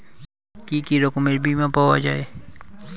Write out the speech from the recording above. কি কি রকমের বিমা পাওয়া য়ায়?